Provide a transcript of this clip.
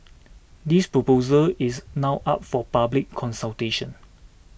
this proposal is now up for public consultation